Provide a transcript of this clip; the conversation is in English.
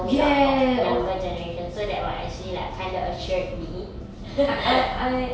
made up of younger generations so that [one] actually like kind of assured me